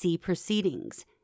proceedings